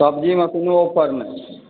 सब्जीमे कोनो ऑफर नहि